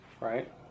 Right